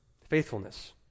faithfulness